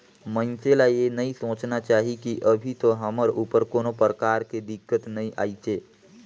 मइनसे ल ये नई सोचना चाही की अभी तो हमर ऊपर कोनो परकार के दिक्कत नइ आइसे